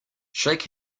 shake